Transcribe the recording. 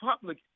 public